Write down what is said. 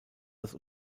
das